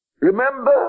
Remember